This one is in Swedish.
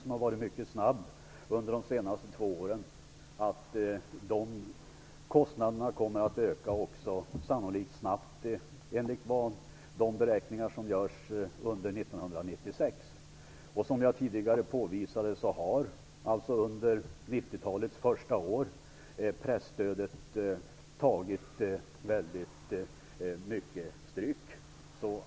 Den har varit väldigt snabb under de senaste två åren och kostnaderna kommer sannolikt också att öka snabbt under 1996 enligt de beräkningar som görs. Som jag tidigare påvisade har presstödet under nittiotalets första år tagit väldigt mycket stryk.